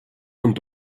und